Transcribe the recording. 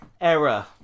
error